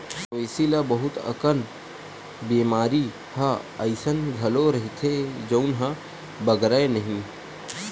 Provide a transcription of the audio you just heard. मवेशी ल बहुत अकन बेमारी ह अइसन घलो रहिथे जउन ह बगरय नहिं